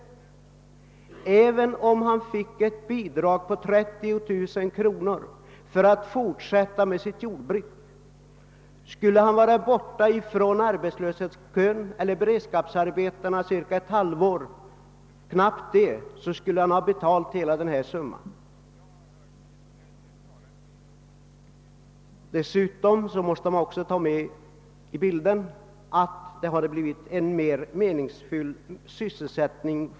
Även om han fick 30000 kronor i bidrag för att fortsätta med sitt jordbruk skulle han bara behöva vara borta från arbetslöshetskön eller beredskapsarbetena ett knappt halvår för att hela den summan skulle betalas igen! Dessutom, och det skall också med i bilden, hade sådana jordbrukare därigenom fått en mera meningsfylld sysselsättning.